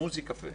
"מוסיקפה",